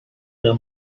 their